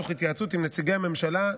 תוך התייעצות עם נציגי הממשלה,